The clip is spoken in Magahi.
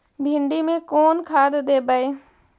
भिंडी में कोन खाद देबै?